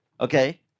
okay